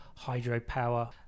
Hydropower